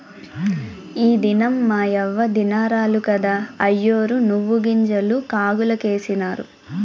ఈ దినం మాయవ్వ దినారాలు కదా, అయ్యోరు నువ్వుగింజలు కాగులకేసినారు